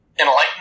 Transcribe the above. enlighten